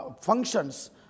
functions